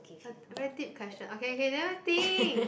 a a very deep question okay okay never think